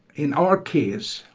in our case,